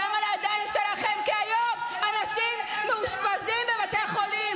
הדם על הידיים שלכם כי היום אנשים מאושפזים בבתי החולים.